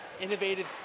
innovative